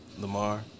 Lamar